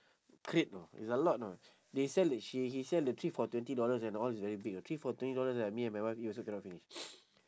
plate you know it's a lot you know they sell like she he sell the three for twenty dollars and all it's very big you know three for twenty dollars right me and my wife we also cannot finish